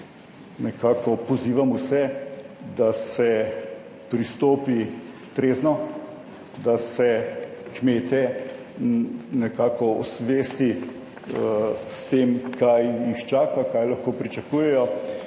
nekako pozivam vse, da se pristopi trezno, da se kmete nekako osvesti s tem, kaj jih čaka, kaj lahko pričakujejo